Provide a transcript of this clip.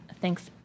thanks